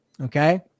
okay